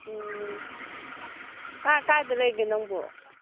ꯎꯝ ꯀꯥꯏꯗ ꯂꯩꯒꯦ ꯅꯪꯕꯨ